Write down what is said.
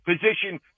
position